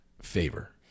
favor